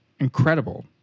incredible